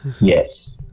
Yes